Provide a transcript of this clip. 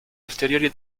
ulteriori